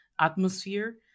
atmosphere